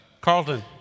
Carlton